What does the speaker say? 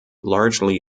largely